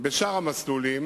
בשאר המסלולים,